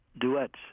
duets